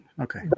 Okay